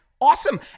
awesome